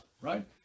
right